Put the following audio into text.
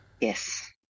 Yes